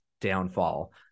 downfall